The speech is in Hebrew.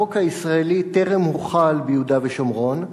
החוק הישראלי טרם הוחל ביהודה ושומרון.